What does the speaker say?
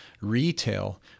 retail